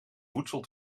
voedsel